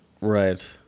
right